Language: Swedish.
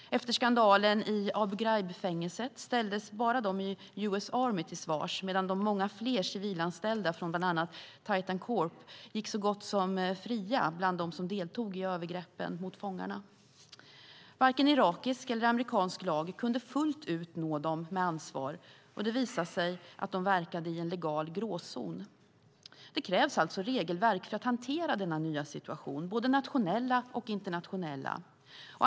Efter skandalen i Abu Ghraib-fängelset ställdes bara de i US Army till svars, medan de många fler civilanställda från Titan Corporation gick så gott som fria bland dem som deltog i övergreppen mot fångarna. Varken irakisk eller amerikansk lag kunde fullt ut nå dem med ansvar. Det visade sig att de verkade i en legal gråzon. Det krävs alltså regelverk för att hantera denna nya situation, både nationella och internationella.